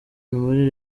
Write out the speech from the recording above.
muri